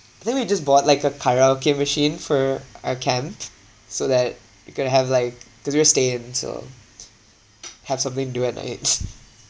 I think we just bought like a karaoke machine for our camp so that we could have like cause we've to stay in so have something to do at night